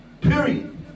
Period